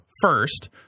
first